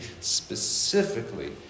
specifically